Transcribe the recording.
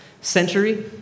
century